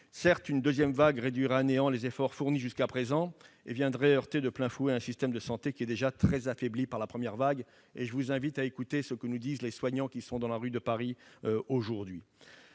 Certes, une deuxième vague réduirait à néant les efforts fournis jusqu'à présent et viendrait heurter de plein fouet un système de santé déjà très affaibli par la première vague. À cet égard, je vous invite à écouter ce que nous disent les soignants qui sont dans la rue, à Paris, aujourd'hui.